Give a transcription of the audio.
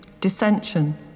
dissension